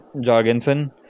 Jorgensen